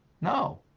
No